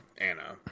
Anna